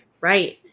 Right